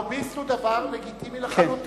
לוביסט הוא דבר לגיטימי לחלוטין.